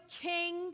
king